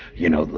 you know,